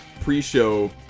pre-show